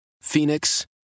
Phoenix